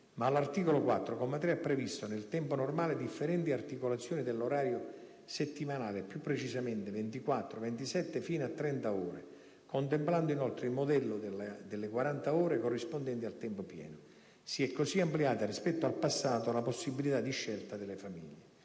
ma all'articolo 4, comma 3, ha previsto nel tempo normale differenti articolazioni dell'orario settimanale, più precisamente 24, 27 fino a 30 ore, contemplando inoltre il modello delle 40 ore corrispondenti al tempo pieno. Si è così ampliata rispetto al passato la possibilità di scelta delle famiglie.